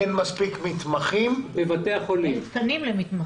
אין תקנים למתמחים.